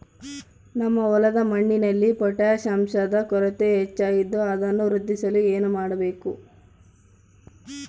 ನಮ್ಮ ಹೊಲದ ಮಣ್ಣಿನಲ್ಲಿ ಪೊಟ್ಯಾಷ್ ಅಂಶದ ಕೊರತೆ ಹೆಚ್ಚಾಗಿದ್ದು ಅದನ್ನು ವೃದ್ಧಿಸಲು ಏನು ಮಾಡಬೇಕು?